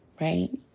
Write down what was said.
right